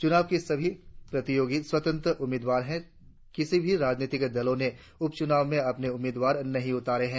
चुनाव में सभी प्रतियोगि स्वतंत्र उम्मीदवार है किसी भी राजनीतिक दलों ने उपच्नाव में अपने उम्मीदवार नहीं उतारे हैं